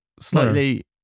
slightly